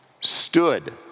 stood